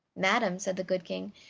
madam, said the good king,